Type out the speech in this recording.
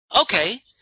Okay